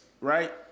right